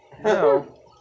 Hello